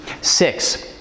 Six